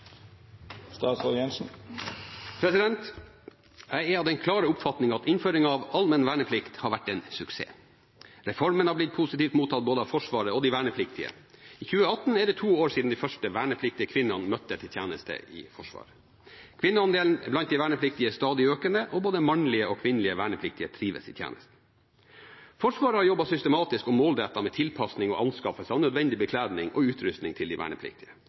2018 er det to år siden de første vernepliktige kvinnene møtte til tjeneste i Forsvaret. Kvinneandelen blant de vernepliktige er stadig økende, og både mannlige og kvinnelige vernepliktige trives i tjenesten. Forsvaret har jobbet systematisk og målrettet med tilpasning og anskaffelse av nødvendig bekledning og utrustning til de vernepliktige.